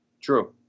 True